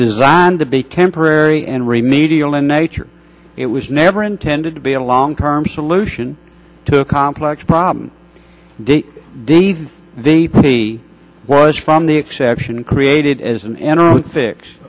designed to be temporary and remedial in nature it was never intended to be a long term solution to a complex problem the deed he was from the exception created as an interim fix